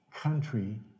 country